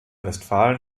westfalen